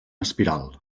espiral